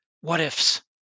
what-ifs